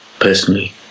personally